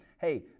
hey